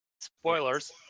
Spoilers